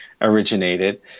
originated